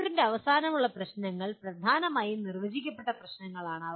ചാപ്റ്ററിന്റെ അവസാനമുള്ള പ്രശ്നങ്ങൾ പ്രധാനമായും നിർവചിക്കപ്പെട്ട പ്രശ്നങ്ങളാണ്